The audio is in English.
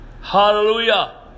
Hallelujah